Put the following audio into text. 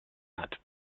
hat